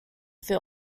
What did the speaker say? films